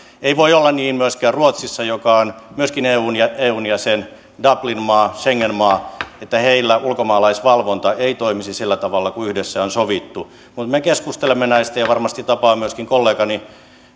ei voi olla niin myöskään ruotsissa joka myöskin on eun jäsen dublin maa schengen maa että heillä ulkomaalaisvalvonta ei toimisi sillä tavalla kuin yhdessä on sovittu me keskustelemme näistä ja varmasti tapaan myöskin kollegani